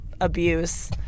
abuse